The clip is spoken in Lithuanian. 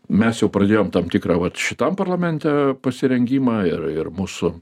mes jau pradėjom tam tikrą vat šitam parlamente pasirengimą ir ir mūsų